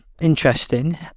interesting